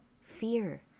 fear